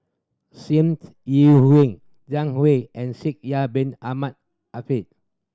Yi Hui Zhang Hui and Shaikh Yahya Bin Ahmed